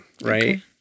Right